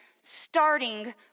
starting